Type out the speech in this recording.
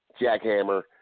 jackhammer